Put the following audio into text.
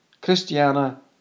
Christiana